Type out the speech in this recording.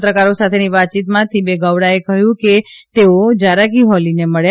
પત્રકારો સાથેની વાતચીતમાં થીબે ગોવડાએ કહયું કે તેઓ જારાકીહોલીને મળ્યા